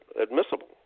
admissible